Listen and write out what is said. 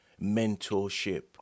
mentorship